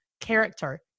character